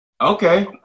Okay